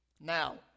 Now